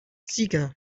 sieger